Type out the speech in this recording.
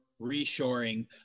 reshoring